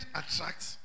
attracts